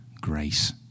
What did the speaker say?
grace